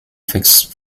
fixed